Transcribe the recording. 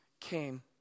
came